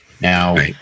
now